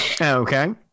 Okay